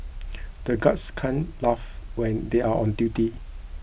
the guards can't laugh when they are on duty